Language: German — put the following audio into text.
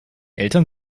eltern